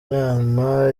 inama